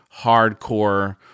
hardcore